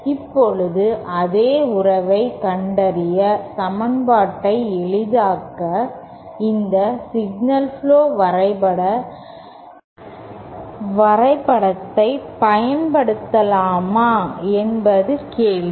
இப்போது அதே உறவை கண்டறிய சமன்பாட்டை எளிதாக்க இந்த சிக்னல் புளோ வரைபட வரைபடத்தைப் பயன்படுத்தலாமா என்பது கேள்வி